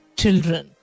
children